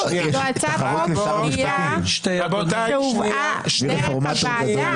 זאת הצעת חוק --- שהובאה על-ידי הוועדה.